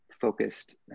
focused